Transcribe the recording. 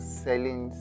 selling